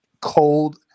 cold